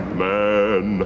man